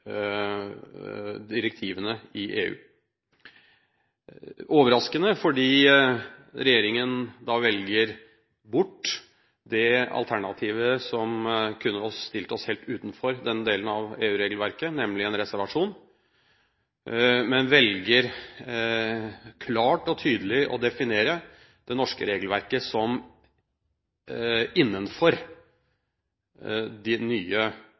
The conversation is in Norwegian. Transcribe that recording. direktivene i EU, og overraskende fordi regjeringen velger bort det alternativet som kunne stilt oss helt utenfor denne delen av EU-regelverket, nemlig en reservasjon, men velger klart og tydelig å definere det norske regelverket som innenfor de nye